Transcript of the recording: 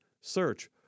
search